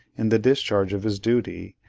in the discharge of his duty,